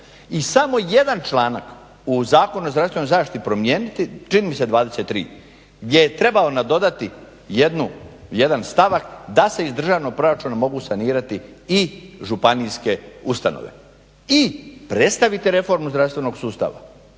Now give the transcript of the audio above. i samo jedan članak u Zakonu o zdravstvenoj zaštiti promijeniti, čini mi se 23. gdje bi trebao nadodati jedan stavak da se iz državnog proračuna mogu sanirati i županijske ustanove i predstaviti reformu zdravstvenog sustava